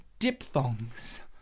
diphthongs